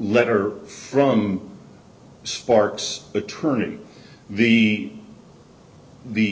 letter from sparks attorney v the